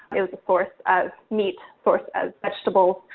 it was a source of meat, source of vegetables.